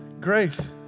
Grace